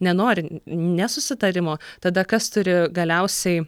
nenori nesusitarimo tada kas turi galiausiai